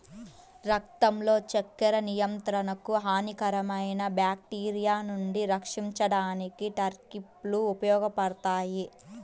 రక్తంలో చక్కెర నియంత్రణకు, హానికరమైన బ్యాక్టీరియా నుండి రక్షించడానికి టర్నిప్ లు ఉపయోగపడతాయి